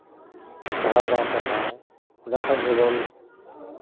ᱵᱟᱦᱟ ᱵᱟ ᱥᱚᱨᱦᱟᱭ ᱚᱸᱰᱮ ᱠᱷᱚᱱ ᱜᱮᱵᱚᱱ